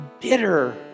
bitter